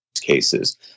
cases